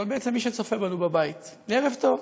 ובעצם כל מי שצופה בנו בבית, ערב טוב.